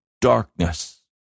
darkness